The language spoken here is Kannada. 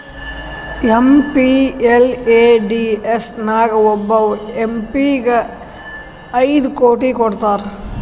ಎಮ್.ಪಿ.ಎಲ್.ಎ.ಡಿ.ಎಸ್ ನಾಗ್ ಒಬ್ಬವ್ ಎಂ ಪಿ ಗ ಐಯ್ಡ್ ಕೋಟಿ ಕೊಡ್ತಾರ್